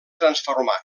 transformà